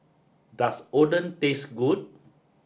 does Oden taste good